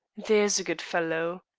there's a good fellow.